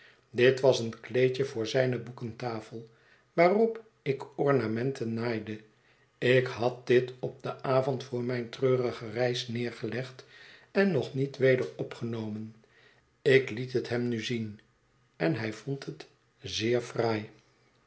dit was een kleedje voor zijne boekentafel waarop ik ornamenten naaide ik had dit op den avond voor mijne treurige reis neergelegd en nog niet weder opgenomen ik liet het hem nu zien en hij vond het zeer fraai